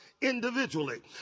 individually